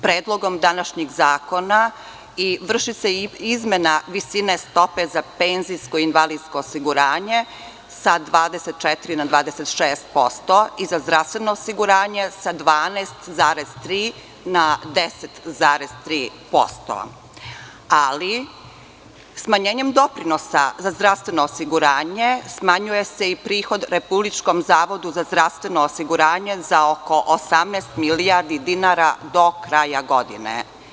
Predlogom današnjih zakona vrši se izmena visine stope za penzijsko-invalidsko osiguranje sa 24 na 26% i za zdravstveno osiguranje sa 12,3 na 10,3%, ali smanjenjem doprinosa za zdravstveno osiguranje smanjuje se i prihod RZZO za oko 18 milijardi dinara do kraja godine.